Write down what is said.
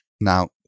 now